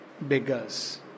beggars